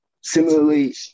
Similarly